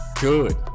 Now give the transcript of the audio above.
Good